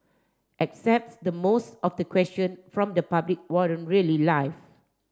excepts the most of the question from the public weren't really live